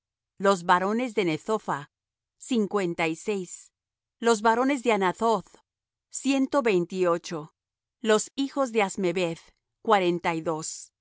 los varones de nethopha cincuenta y seis los varones de anathoth ciento veinte y ocho los hijos de asmeveth cuarenta y dos